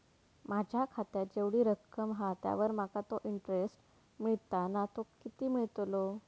माझ्या खात्यात जेवढी रक्कम हा त्यावर माका तो इंटरेस्ट मिळता ना तो किती मिळतलो?